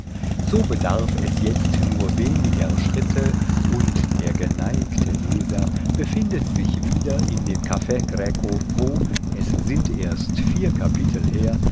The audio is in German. so bedarf es jetzt nur weniger schritte und der geneigte leser befindet sich wieder in dem caff greco wo es sind erst vier kapitel her